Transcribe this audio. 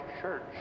church